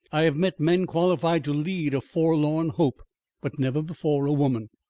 i have met men qualified to lead a forlorn hope but never before a woman.